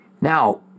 Now